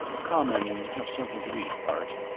come and have something to eat, bart.